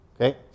Okay